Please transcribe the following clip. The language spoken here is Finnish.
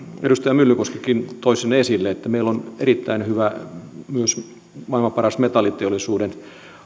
edustaja myllykoskikin toi sen esille meillä on erittäin hyvä maailman paras metalliteollisuuden